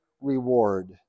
reward